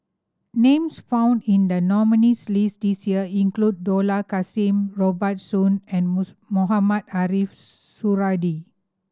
names found in the nominees' list this year include Dollah Kassim Robert Soon and Mohamed Ariff Suradi